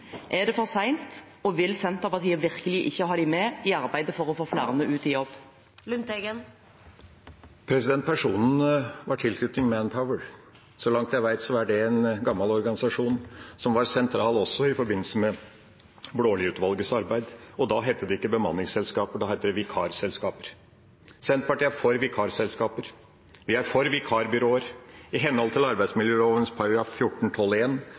Er det for sent, og vil Senterpartiet virkelig ikke ha dem med i arbeidet med å få flere ut i jobb? Personen har tilknytning til Manpower. Så langt jeg vet, er det en gammel organisasjon som var sentral også i forbindelse med Blaalid-utvalgets arbeid. Da het det ikke bemanningsselskaper, da het det vikarselskaper. Senterpartiet er for vikarselskaper, vi er for vikarbyråer, i henhold til